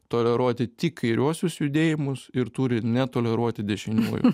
toleruoti tik kairiuosius judėjimus ir turi netoleruoti dešiniųjų